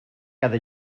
cada